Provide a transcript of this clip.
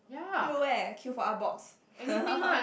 queue where queue for Artbox